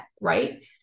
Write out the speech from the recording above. right